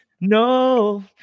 No